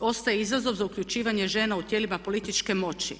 ostaje izazov za uključivanje žena u tijelima političke moći.